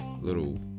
Little